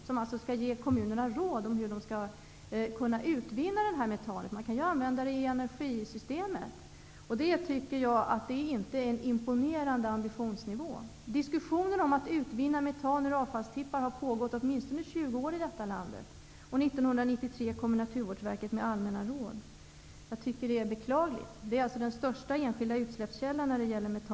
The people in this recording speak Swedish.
Man skall alltså ge kommunerna råd om hur de skall kunna utvinna metanet. Det kan t.ex. användas i energisystem. Detta är inte en imponerande ambitionsnivå. Diskussionen om att utvinna metan ur avfallstippar har i detta land pågått i åtminstone 20 år. År 1993 kommer Naturvårdsverket med allmänna råd. Jag tycker att det är beklagligt. Det är den största enskilda utsläppskällan i Sverige vad gäller metan.